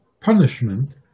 punishment